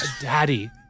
Daddy